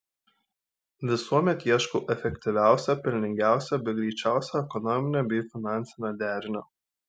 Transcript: visuomet ieškau efektyviausio pelningiausio bei greičiausio ekonominio bei finansinio derinio